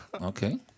Okay